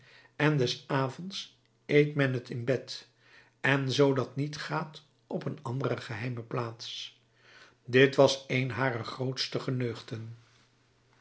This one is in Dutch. en des avonds eet men t in bed en zoo dat niet gaat op een andere geheime plaats dit was een harer grootste